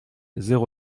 zéro